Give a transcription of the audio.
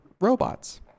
robots